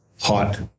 hot